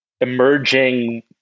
emerging